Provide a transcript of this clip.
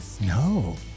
No